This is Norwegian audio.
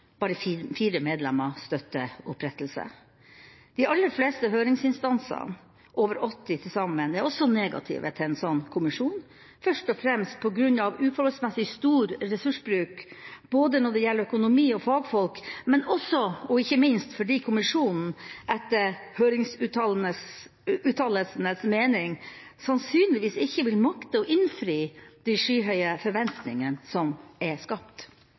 bare fire medlemmer støtter opprettelse. De aller fleste høringsinstansene – over 80 til sammen – er også negative til en slik kommisjon, først og fremst på grunn av uforholdsmessig stor ressursbruk når det gjelder økonomi og fagfolk, men også – og ikke minst – fordi kommisjonen etter høringsuttalelsenes mening sannsynligvis ikke vil makte å innfri de skyhøye forventningene som er skapt.